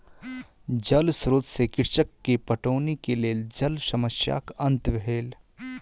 जल स्रोत से कृषक के पटौनी के लेल जल समस्याक अंत भेल